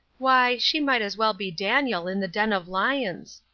why, she might as well be daniel in the den of lions.